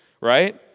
right